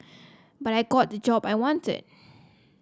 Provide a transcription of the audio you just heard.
but I got the job I wanted